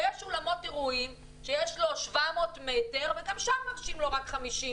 ויש אולמות אירועים שיש לו 700 מטר וגם שם מרשים לו רק 50